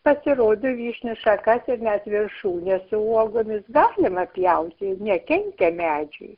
pasirodo vyšnių šakas ir net viršūnę su uogomis galima pjauti ir nekenkia medžiui